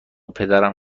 پدرم